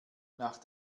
nach